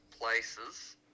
places